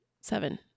seven